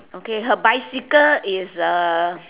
okay her bicycle is uh